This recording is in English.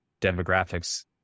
demographics